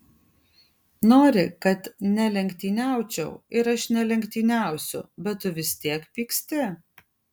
nori kad nelenktyniaučiau ir aš nelenktyniausiu bet tu vis tiek pyksti